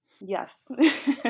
Yes